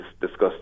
discussed